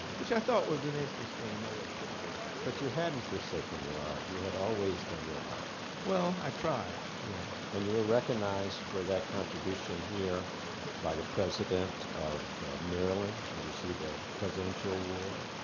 which i thought was an interesting way of putting it. but you hadn't forsaken your art. you had always done your art. well, i try, yeah. and you were recognized for that contribution here by the president of maryland, you received a presidential award,